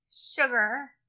sugar –